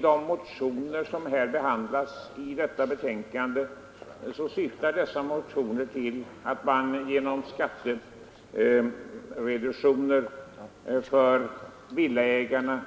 De motioner som behandlas i detta betänkande syftar till att genom skattereduktioner för villaägarna